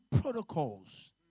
protocols